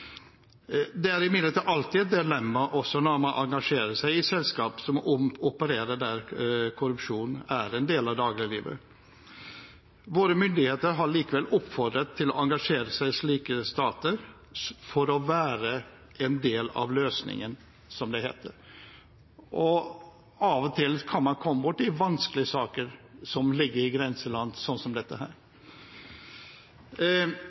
Det er imidlertid alltid dilemmaer når man engasjerer seg i selskap som opererer der korrupsjon er en del av dagliglivet. Våre myndigheter har likevel oppfordret til at man skal engasjere seg i slike stater for å være en del av løsningen, som det heter. Og av og til kan man komme borti vanskelige saker som ligger i grenseland, sånn som dette.